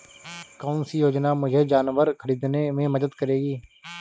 कौन सी योजना मुझे जानवर ख़रीदने में मदद करेगी?